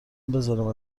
بذارم